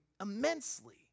immensely